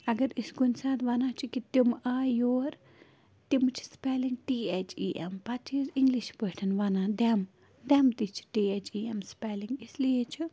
اگر أسۍ کُنہِ ساتہٕ وَنان چھِ تِمہٕ آیہِ یور تِم چھِ spelling T H E M پتہٕ چھِأسۍ انگلش پٲٹھۍ وَنان دٮ۪م دٮ۪م تہِ چھِ T H E M spelling اِس لیے چھُ